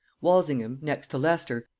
walsingham, next to leicester,